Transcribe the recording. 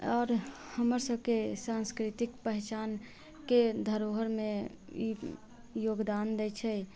आओर हमरसभके सांस्कृतिक पहिचानके धरोहरमे ई योगदान दैत छै